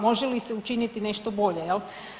Može li se učiniti nešto bolje, je li?